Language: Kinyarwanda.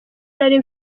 nari